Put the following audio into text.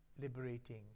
liberating